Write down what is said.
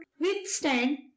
withstand